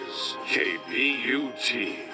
KBUT